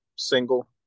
Single